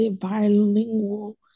bilingual